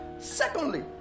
Secondly